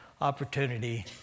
opportunity